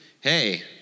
hey